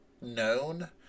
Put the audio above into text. known